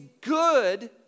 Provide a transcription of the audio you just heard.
good